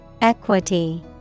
Equity